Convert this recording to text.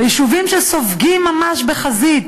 ביישובים שסופגים, ממש בחזית,